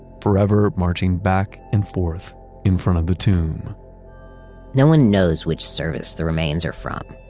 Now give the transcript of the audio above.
forever marching back and forth in front of the tomb no one knows which service the remains are from,